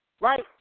right